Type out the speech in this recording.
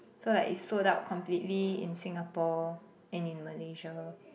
so like it's sold out completely in Singapore and in Malaysia